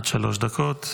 עד שלוש דקות לרשותך.